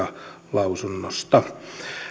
lausunnosta